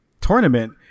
tournament